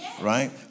Right